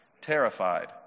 terrified